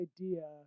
idea